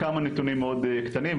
כמה נתונים מאוד קטנים,